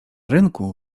rynku